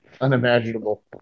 unimaginable